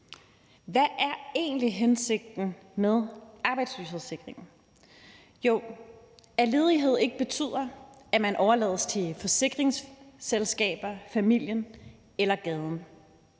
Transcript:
Hvad er egentlig hensigten med arbejdsløshedsforsikringen? Jo, det er, at ledighed ikke betyder, at man overlades til forsikringsselskaber, familien eller gaden.